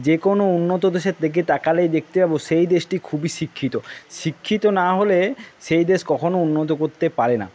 যে কোনো উন্নত দেশের দিকে তাকালেই দেখতে পাব সেই দেশটি খুবই শিক্ষিত শিক্ষিত না হলে সেই দেশ কখনও উন্নত করতে পারে না